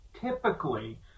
typically